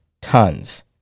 tons